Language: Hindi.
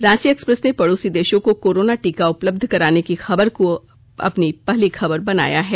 रांची एक्सप्रेस ने पड़ोसी देशों को कोरोना टीका उपलब्ध कराने की खबर को अपनी पहली खबर बनाया है